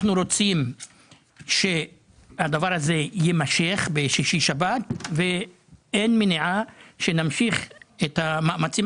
אנחנו רוצים שהדבר הזה יימשך בשישי שבת ואין מניעה שנמשיך את המאמצים.